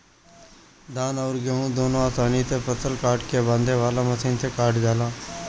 धान अउर गेंहू दुनों आसानी से फसल काट के बांधे वाला मशीन से कटा जाला